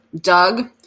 Doug